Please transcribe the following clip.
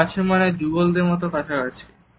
খুব কাছে মানে যুগলদের মতন কাছাকাছি